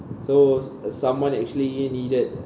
so uh someone actually needed